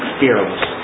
fearless